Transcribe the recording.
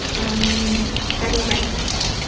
um having grandkids